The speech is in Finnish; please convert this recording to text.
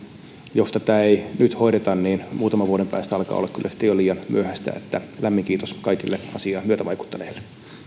jos tätä ei nyt hoideta niin muutaman vuoden päästä alkaa olla kyllä sitten jo liian myöhäistä että lämmin kiitos kaikille asiaan myötävaikuttaneille